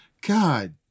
God